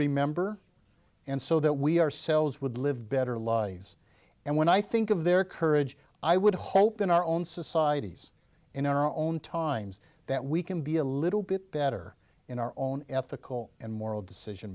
remember and so that we ourselves would live better lives and when i think of their courage i would hope in our own societies in our own times that we can be a little bit better in our own ethical and moral decision